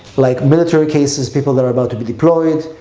like military cases, people that are about to be deployed,